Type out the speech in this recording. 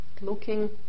looking